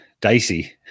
dicey